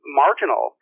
marginal